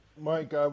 Mike